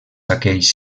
aquells